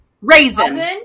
Raisin